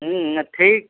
ठीक